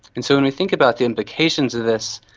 and so when we think about the implications of this,